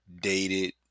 dated